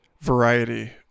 variety